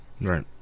Right